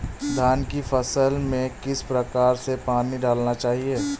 धान की फसल में किस प्रकार से पानी डालना चाहिए?